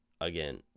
again